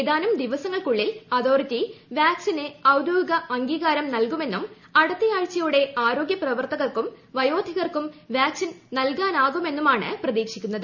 ഏതാനും ദിവസ്ഗ്ദങ്ങൾക്കകം authority vaccine ഔദ്യോഗിക അംഗീകാരം ന്ൽകുമെന്നും അടുത്തയാഴ്ചയോടെ ആരോഗ്യപ്രവർത്തകർക്കും വിയ്ക്കും വാക്സിൻ നൽകാനാകും എന്നുമാണ് പ്രതീക്ഷിക്കപ്പെടുന്നത്